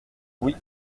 oui